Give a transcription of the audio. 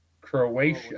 Croatia